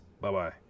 Bye-bye